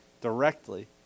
directly